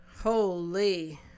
Holy